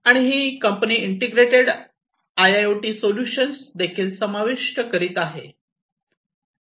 आणि ही company integrated IIOT solutions देखील समाविष्ट करीत आहे